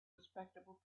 respectable